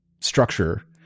structure